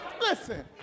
Listen